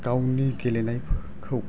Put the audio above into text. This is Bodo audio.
गावनि गेलेनायखौ